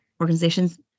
organizations